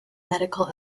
medical